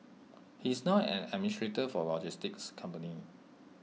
he is now an administrator for A logistics company